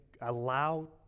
allow